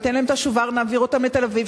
ניתן להם את השובר ונעביר אותם לתל-אביב,